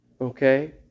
Okay